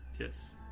Yes